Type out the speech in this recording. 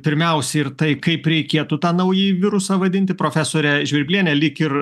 pirmiausiai ir tai kaip reikėtų tą naująjį virusą vadinti profesore žvirbliene lyg ir